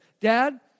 dad